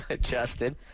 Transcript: Justin